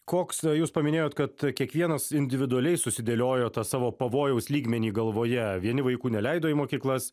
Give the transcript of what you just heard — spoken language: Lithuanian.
koks jūs paminėjot kad kiekvienas individualiai susidėliojo tą savo pavojaus lygmenį galvoje vieni vaikų neleido į mokyklas